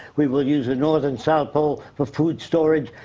we will use the north and south pole for food storage.